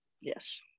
Yes